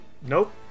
nope